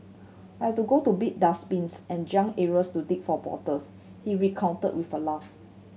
I had to go to big dustbins and junk areas to dig for bottles he recounted with a laugh